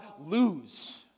lose